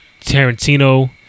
Tarantino